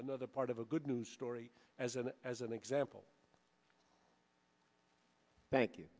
another part of a good news story as an as an example thank you